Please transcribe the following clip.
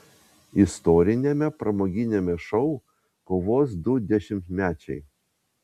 istoriniame pramoginiame šou kovos du dešimtmečiai